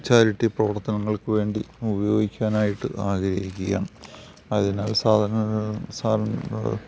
charity പ്രവർത്തനങ്ങൾക്ക് വേണ്ടി ഉപയോഗിക്കാനായിട്ട് ആഗ്രഹിക്കുകയാണ് അതിനാൽ സാധനങ്ങളും സാധനങ്ങൾ